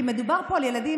כי מדובר פה על ילדים,